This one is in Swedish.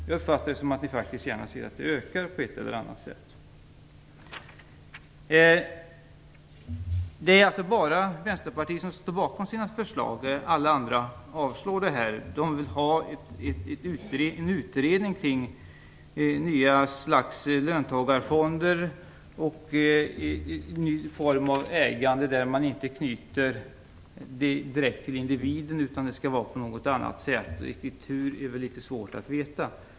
Jag uppfattar det så att ni gärna ser att det på ett eller annat sätt ökar. Det är bara Vänsterpartiet som står bakom motionens förslag. Alla andra avstyrker dem. Motionärerna vill ha en utredning om ett nytt slags löntagarfonder och en form av ägande som inte direkt är anknutet till individen utan har någon annan grund, riktigt vilken är det litet svårt att veta.